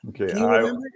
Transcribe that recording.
Okay